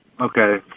okay